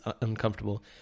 uncomfortable